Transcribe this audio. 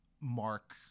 Mark